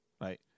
right